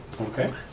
Okay